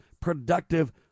productive